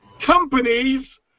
companies